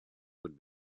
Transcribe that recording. would